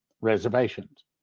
reservations